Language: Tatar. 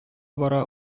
бара